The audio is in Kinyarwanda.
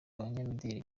abanyamideli